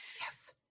Yes